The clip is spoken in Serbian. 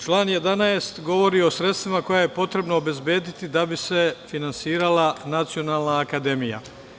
Član 11. govori o sredstvima koja je potrebno obezbediti da bi se finansirala Nacionalna akademija.